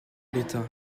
l’état